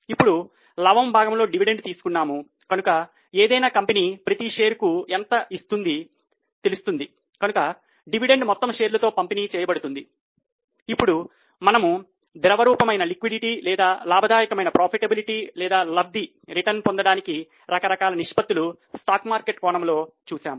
అవే ప్రతి షేర్ పై డివిడెండ్ పొందడానికి రకరకాల నిష్పత్తులు స్టాక్ మార్కెట్ కోణములో చూసాము